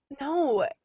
no